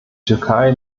türkei